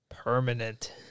Permanent